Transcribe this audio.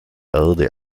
erde